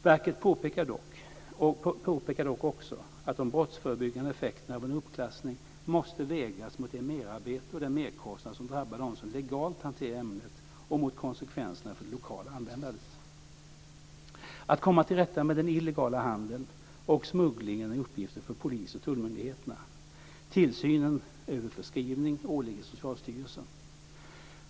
Verket påpekar dock också att de brottsförebyggande effekterna av en uppklassning måste vägas mot det merarbete och de merkostnader som drabbar dem som legalt hanterar ämnet och mot konsekvenserna för det legala användandet. Att komma till rätta med den illegala handeln och smugglingen är uppgifter för polis och tullmyndigheterna. Tillsynen över förskrivning åligger Socialstyrelsen.